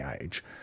age